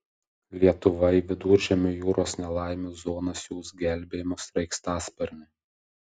lietuva į viduržemio jūros nelaimių zoną siųs gelbėjimo sraigtasparnį